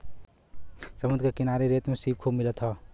समुंदर के किनारे रेत में सीप खूब मिलत बा